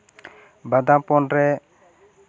ᱵᱟᱸᱫᱟᱯᱚᱱ ᱨᱮ